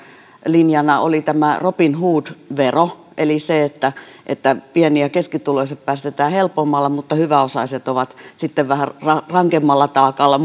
linjana oli tämä robinhood vero eli se että että pieni ja keskituloiset päästetään helpommalla mutta hyväosaiset ovat sitten vähän rankemmalla taakalla